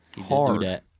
Hard